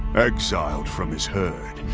exiled from his herd.